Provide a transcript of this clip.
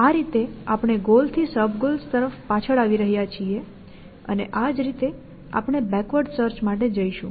આ રીતે આપણે ગોલથી સબ ગોલ્સ તરફ પાછળ આવી રહ્યા છીએ અને આ જ રીતે આપણે બેકવર્ડ સર્ચ માટે જઈશું